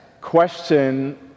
Question